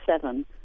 seven